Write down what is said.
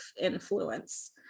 influence